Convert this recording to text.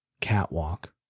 catwalk